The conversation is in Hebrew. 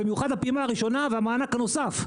במיוחד הפעימה הראשונה והמענק הנוסף.